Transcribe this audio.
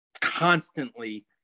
constantly